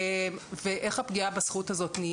ואיך נהיית פגיעה בזכות הזאת.